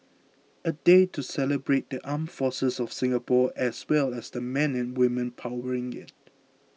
a day to celebrate the armed forces of Singapore as well as the men and women powering it